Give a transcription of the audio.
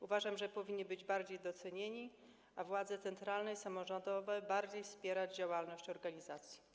Uważam, że powinni być bardziej doceniani, a władze centralne i samorządowe powinny bardziej wspierać działalność organizacji.